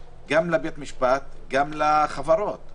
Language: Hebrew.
גם לבית המשפט וגם לחברות.